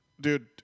dude